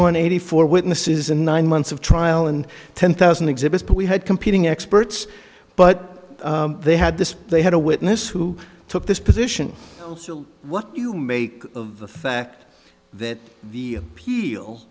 on eighty four witnesses and nine months of trial and ten thousand exhibits but we had competing experts but they had this they had a witness who took this position what do you make of the fact that the